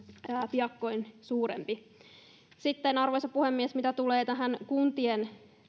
piakkoin suurempi arvoisa puhemies mitä tulee kuntien